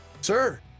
sir